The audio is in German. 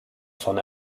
von